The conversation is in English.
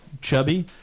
chubby